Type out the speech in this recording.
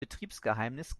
betriebsgeheimnis